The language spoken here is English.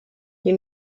you